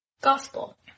gospel